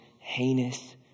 heinous